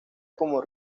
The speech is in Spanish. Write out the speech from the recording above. como